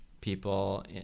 people